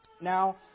Now